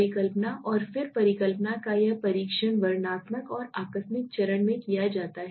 परिकल्पना और फिर परिकल्पना का यह परीक्षण वर्णनात्मक और आकस्मिक चरण में किया जाता है